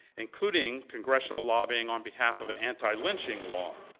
including congressional lobbying on behalf of an anti-lynching law.